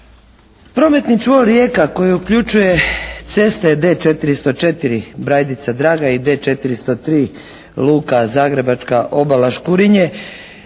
Prometni čvor Rijeka koji uključuje ceste D404 Brajdica Draga i D403 luka Zagrebačka obala Škurinje